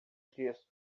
disso